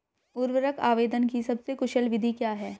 उर्वरक आवेदन की सबसे कुशल विधि क्या है?